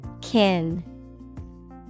Kin